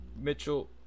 Mitchell